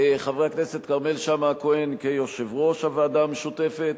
חבר הכנסת כרמל שאמה-הכהן כיושב-ראש הוועדה המשותפת,